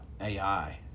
AI